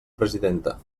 presidenta